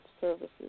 services